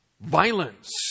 Violence